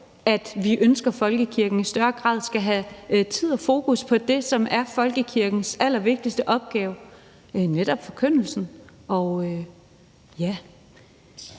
at vi ønsker, at folkekirken i større grad skal have tid og fokus på det, som er folkekirkens allervigtigste opgave – netop forkyndelsen. Kl.